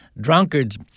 drunkards